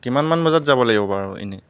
কিমান মান বজাত যাব লাগিব বাৰু এনে